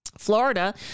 Florida